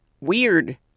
weird